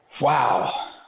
wow